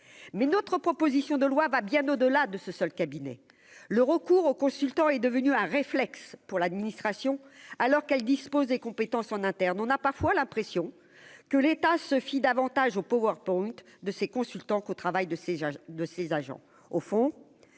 mais notre proposition de loi va bien au-delà de ce seul cabinet le recours aux consultants est devenu un réflexe pour l'administration, alors qu'elle dispose des compétences en interne, on a parfois l'impression que l'État se fie davantage au PowerPoint de ces consultants qu'au travail de ces de